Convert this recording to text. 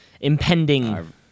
impending